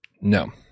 No